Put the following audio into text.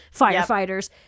firefighters